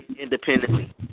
independently